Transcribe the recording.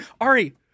Ari